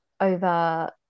over